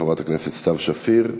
חברת הכנסת סתיו שפיר.